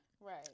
Right